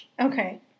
Okay